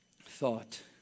thought